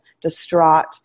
distraught